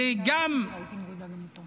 ו-30% עלייה בנרצחים בחברה היהודית.